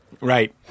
Right